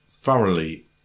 thoroughly